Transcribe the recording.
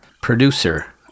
producer